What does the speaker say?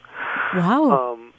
Wow